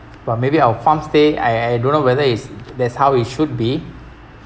but maybe our farmstay I I don't know whether it's that's how it should be